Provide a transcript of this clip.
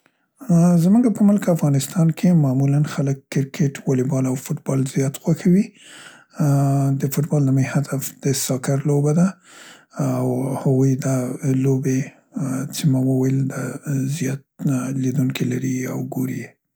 ا ا زمونګه په ملک افغانستان کې معمولاً خلک کرکټ، ولیبال او فوټبال زیات خوښوي. ا د فوتبال نه مې هدف د ساکر لوبه ده، ااو هغوی دا لوبې څې ما وویل ا زیات لیدونکي لري او ګوري یې.